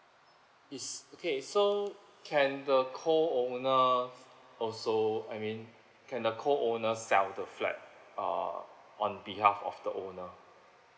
is okay so can the co owner also I mean can the co owner sell the flat uh on behalf of the owner